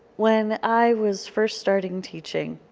when i was first starting teaching,